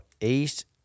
East